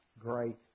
great